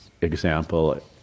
example